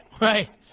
Right